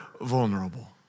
vulnerable